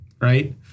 Right